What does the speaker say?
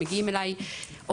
כשמגיע אליי מטופל,